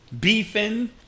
beefing